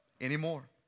anymore